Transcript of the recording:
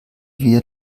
wir